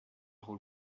rôle